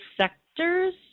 sectors